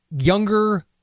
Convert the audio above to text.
younger